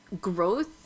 growth